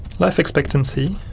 life expectancy